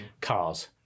Cars